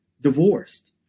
divorced